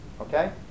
Okay